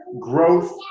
growth